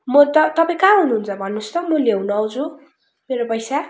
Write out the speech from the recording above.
म त तपाईँ कहाँ हुनु हुन्छ भन्नु होस् त म लिनु आउँछु मेरो पैसा